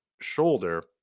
shoulder